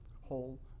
whole